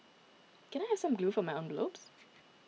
can I have some glue for my envelopes